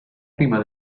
prima